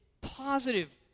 positive